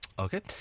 Okay